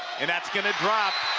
and that's going to drop.